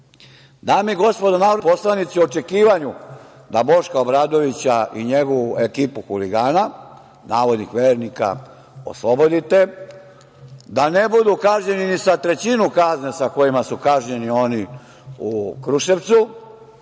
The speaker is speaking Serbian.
i gospodo narodni poslanici u očekivanju da Boška Obradovića i njegovu ekipu huligana, navodnih vernika, oslobodite, da ne budu kažnjeni ni sa trećinu kazne sa kojima su kažnjeni oni u Kruševcu,